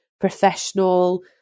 professional